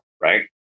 right